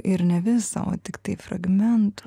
ir ne visą o tiktai fragmentus